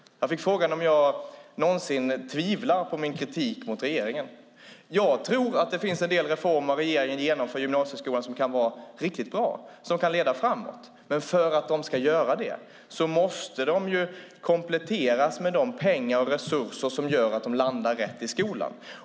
Jag fick frågan om jag någonsin tvivlar på min kritik mot regeringen. Jag tror att det finns en del reformer som regeringen genomför i gymnasieskolan som kan vara riktigt bra och leda framåt. Men för att de ska göra det måste de kompletteras med de pengar och resurser som gör att de landar rätt i skolan.